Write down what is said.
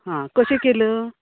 हां कशें किल